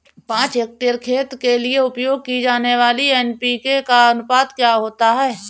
पाँच हेक्टेयर खेत के लिए उपयोग की जाने वाली एन.पी.के का अनुपात क्या होता है?